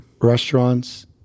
restaurants